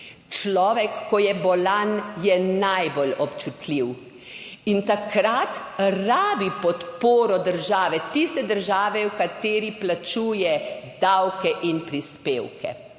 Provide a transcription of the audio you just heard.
Človek, ko je bolan, je najbolj občutljiv in takrat rabi podporo države, tiste države, v kateri plačuje davke in prispevke.